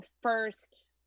first